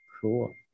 Cool